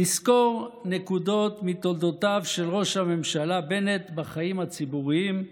לסקור נקודות מתולדותיו של ראש הממשלה בנט בחיים הציבוריים,